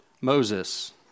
Moses